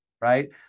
right